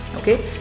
Okay